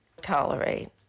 tolerate